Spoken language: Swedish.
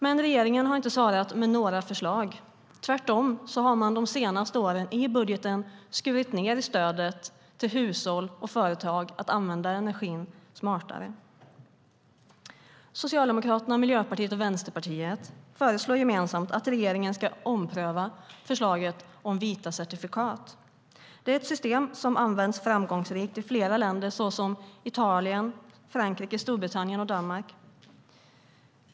Men regeringen har inte svarat med några förslag. Tvärtom har man de senaste åren i budgeten skurit ned stödet till hushåll och företag att använda energin smartare. Socialdemokraterna, Miljöpartiet och Vänsterpartiet föreslår gemensamt att regeringen ska ompröva förslaget om vita certifikat. Det är ett system som använts framgångsrikt i flera länder såsom Italien, Frankrike, Storbritannien och Danmark.